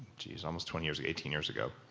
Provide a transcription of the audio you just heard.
jeez, almost twenty years, eighteen years ago.